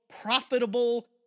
profitable